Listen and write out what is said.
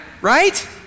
right